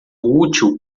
útil